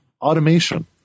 Automation